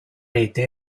rete